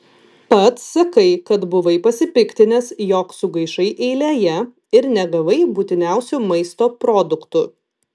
pats sakai kad buvai pasipiktinęs jog sugaišai eilėje ir negavai būtiniausių maisto produktų